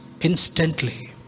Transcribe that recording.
Instantly